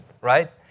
Right